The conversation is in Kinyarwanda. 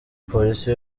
polisi